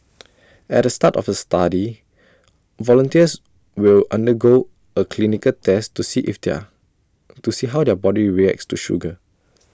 at the start of the study volunteers will undergo A clinical test to see if there to see how their body reacts to sugar